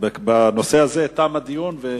בנושא הזה תם הדיון.